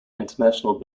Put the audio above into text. international